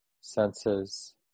senses